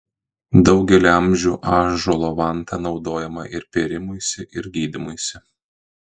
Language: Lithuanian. daugelį amžių ąžuolo vanta naudojama ir pėrimuisi ir gydymuisi